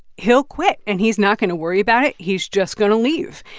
he'll quit. and he's not going to worry about it. he's just going to leave.